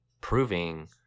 proving